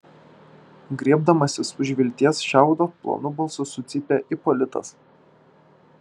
griebdamasis už vilties šiaudo plonu balsu sucypė ipolitas